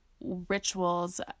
rituals